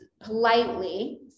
politely